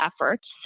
efforts